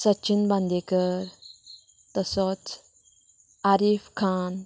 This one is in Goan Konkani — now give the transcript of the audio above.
सचीन बांदेकर तसोच आरिफ खान